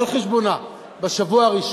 בשבוע הראשון,